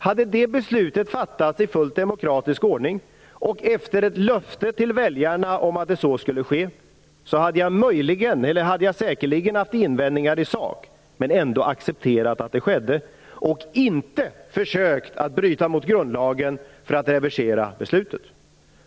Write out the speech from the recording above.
Hade det beslutet fattats i fullt demokratisk ordning och efter ett löfte till väljarna om att så skulle ske, hade jag säkerligen haft invändningar i sak men ändå accepterat att det skedde och inte försökt att bryta mot grundlagen för att reversera beslutet.